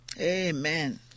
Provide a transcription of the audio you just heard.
Amen